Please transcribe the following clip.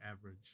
average